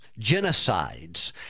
genocides